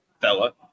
fella